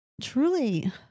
truly